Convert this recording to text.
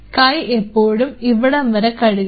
കൈ എപ്പോഴും ഇവിടം വരെ കഴുകുക